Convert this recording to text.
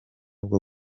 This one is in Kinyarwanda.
bwo